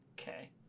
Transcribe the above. Okay